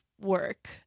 work